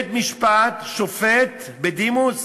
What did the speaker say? בבית-משפט שופט בדימוס